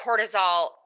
cortisol